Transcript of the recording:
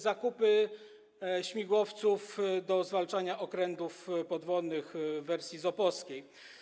zakupy śmigłowców do zwalczania okrętów podwodnych w wersji ZOP-owskiej.